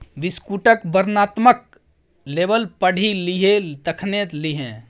बिस्कुटक वर्णनात्मक लेबल पढ़ि लिहें तखने लिहें